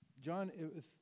John